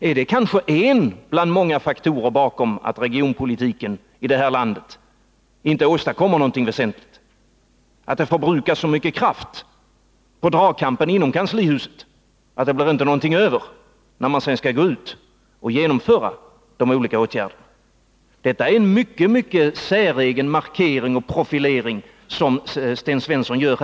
Är detta kanske en bland många orsaker till att regionalpolitiken här i landet inte åstadkommer någonting: Förbrukas det så mycket kraft på dragkrampen inom kanslihuset att det inte blir någonting över för att genomföra de olika åtgärderna? Det är en mycket mycket säregen markering och profilering som Sten Svensson gör.